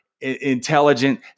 intelligent